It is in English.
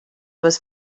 was